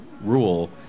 rule